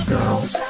Girls